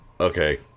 okay